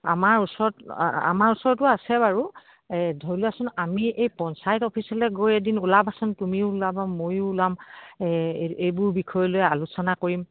আমাৰ ওচৰত আমাৰ ওচৰতো আছে বাৰু এই ধৰি লোৱাচোন আমি এই পঞ্চায়ত অফিচলে গৈ এদিন ওলাবাচোন তুমিও ওলাবা ময়ো ওলাম এইবোৰ বিষয়লৈ আলোচনা কৰিম